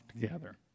together